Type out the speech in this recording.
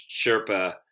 Sherpa